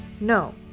No